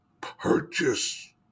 purchase